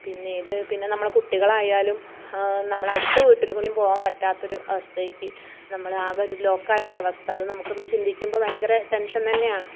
പിന്നീട് പിന്നെ നമ്മളെ കുട്ടികളായാലും നമ്മളെ അടുത്ത വീട്ടിലും കൂടിയും പോകാൻ പറ്റാത്തൊരു അവസ്ഥയ്ക്ക് നമ്മൾ ആകെയൊരു ലോക്കായൊരവസ്ഥ അത് നമുക്കിന്ന് ചിന്തിക്കുമ്പം ഭയങ്കര ടെൻഷൻ തന്നെയാണ്